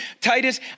Titus